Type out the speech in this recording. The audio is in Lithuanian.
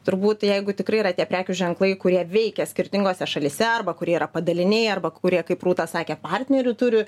turbūt jeigu tikrai yra tie prekių ženklai kurie veikia skirtingose šalyse arba kurie yra padaliniai arba kurie kaip rūta sakė partnerių turi